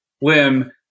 limb